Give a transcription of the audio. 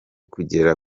kugera